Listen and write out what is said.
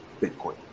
Bitcoin